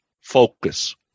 Focus